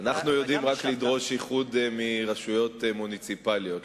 אנחנו יודעים רק לדרוש איחוד מרשויות מוניציפליות,